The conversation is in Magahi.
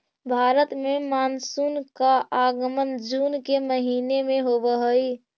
भारत में मानसून का आगमन जून के महीने में होव हई